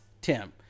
Tim